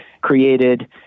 created